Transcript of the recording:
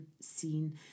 seen